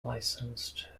licensed